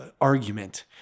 argument